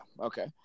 Okay